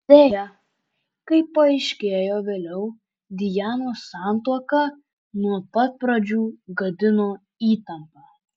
deja kaip paaiškėjo vėliau dianos santuoką nuo pat pradžių gadino įtampa